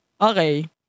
Okay